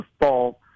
fall